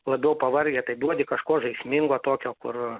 labiau pavargę tai duodi kažko žaismingo tokio kur